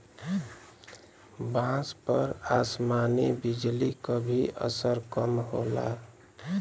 बांस पर आसमानी बिजली क भी असर कम होला